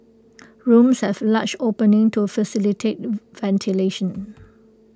rooms had large openings to facilitate ventilation